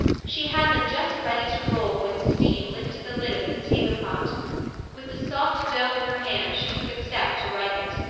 she had them just ready to roll when steam lifted the lid of the potato pot with the soft dough in her hand she took a step to right it.